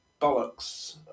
Bollocks